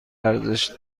ارزش